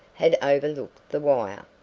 had overlooked the wire.